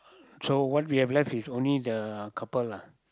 so what we have left is only the couple lah